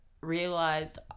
realized